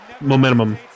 momentum